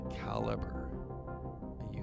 caliber